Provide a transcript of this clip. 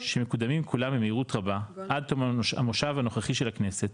שמקודמים כולם במהירות רבה עד תום המושב הנוכחי של הכנסת,